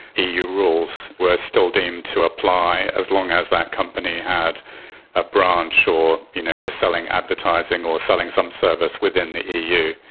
eu rules were still deemed to apply as long as that company had a branch or you know was selling advertising or selling some service within the eu.